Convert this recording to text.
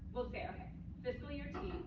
we'll say ok. fiscal year t,